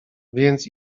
więc